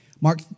Mark